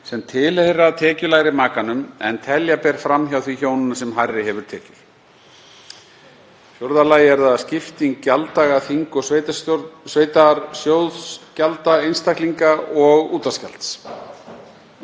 sem tilheyra tekjulægri makanum en telja ber fram hjá því hjónanna sem hærri hefur tekjur. Í fjórða lagi er það skipting gjalddaga þing- og sveitarsjóðsgjalda einstaklinga og útvarpsgjalds.